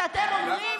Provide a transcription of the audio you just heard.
שאתם אומרים,